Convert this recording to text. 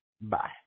bye